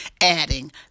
Adding